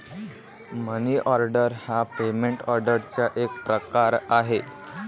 मनी order हा payment ऑर्डरचा एक प्रकार आहे